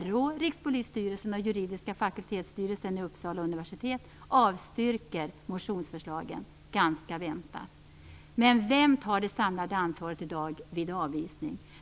RÅ, Rikspolisstyrelsen och den juridiska fakultetstyrelsen vid Uppsala universitet avstyrker motionsförslagen. Det var ganska väntat. Men vem tar det samlade ansvaret i dag